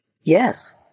Yes